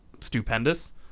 stupendous